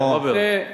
רוברט,